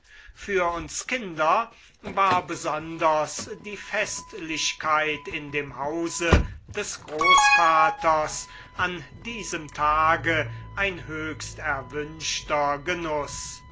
für uns kinder war besonders die festlichkeit in dem hause des großvaters an diesem tage ein höchst erwünschter genuß